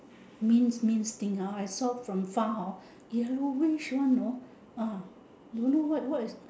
minced minced thing ah I saw from far hor yellowish one know ah don't know what what is